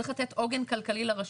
צריך לתת עוגן כלכלי לרשות.